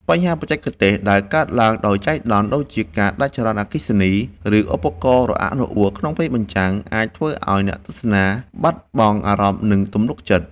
បញ្ហាបច្ចេកទេសដែលកើតឡើងដោយចៃដន្យ ដូចជាការដាច់ចរន្តអគ្គិសនី ឬឧបករណ៍រអាក់រអួលក្នុងពេលបញ្ចាំង អាចធ្វើឱ្យអ្នកទស្សនាបាត់បង់អារម្មណ៍ និងទំនុកចិត្ត។